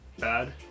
bad